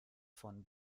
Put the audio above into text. von